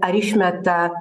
ar išmeta